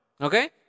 Okay